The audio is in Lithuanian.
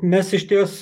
mes išties